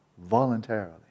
Voluntarily